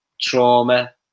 trauma